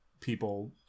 people